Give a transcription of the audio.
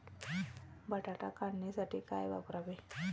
बटाटा काढणीसाठी काय वापरावे?